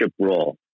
role